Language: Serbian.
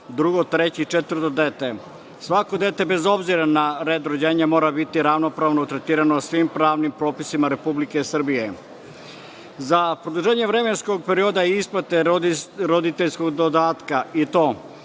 četvrto dete. Svako dete bez obzira na red rođenja mora biti ravnopravno tretirano svim pravnim propisima Republike Srbije.Za produženje vremenskog perioda i isplate roditeljskom dodatka i to: